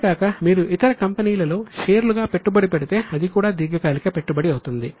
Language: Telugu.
ఇదే కాక మీరు ఇతర కంపెనీలలో షేర్లుగా పెట్టుబడి పెడితే అది కూడా దీర్ఘకాలిక పెట్టుబడి అవుతుంది